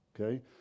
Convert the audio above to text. Okay